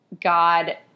God